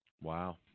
Wow